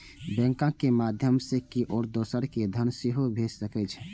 बैंकक माध्यय सं केओ दोसर कें धन सेहो भेज सकै छै